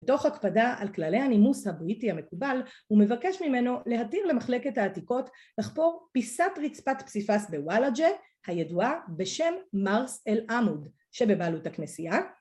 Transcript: בתוך הקפדה על כללי הנימוס הבריטי המקובל, הוא מבקש ממנו להתיר למחלקת העתיקות לחפור פיסת רצפת פסיפס בוואלג'ה, הידועה בשם מרס אל עמוד, שבבעלות הכנסייה